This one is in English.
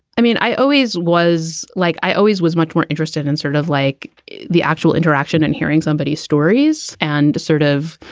i mean, i always was like i always was much more interested in sort of like the actual interaction and hearing somebody's stories and sort of,